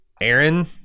Aaron